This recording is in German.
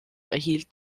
erhielt